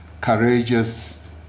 courageous